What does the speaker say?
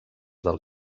del